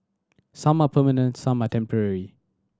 some are permanent some are temporary